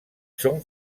són